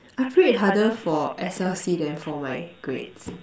I prayed harder for S_L_C than for my grades